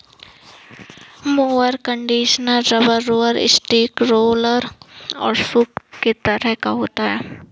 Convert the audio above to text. mower conditioner rubber roller, steel roller और सूप के तरह का होता है